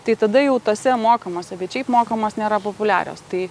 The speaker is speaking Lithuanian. tai tada jau tose mokamose bet šiaip mokamos nėra populiarios tai